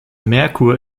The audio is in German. merkur